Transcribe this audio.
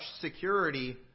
security